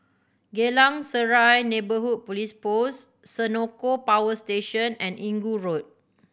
Geylang Serai Neighbourhood Police Post Senoko Power Station and Inggu Road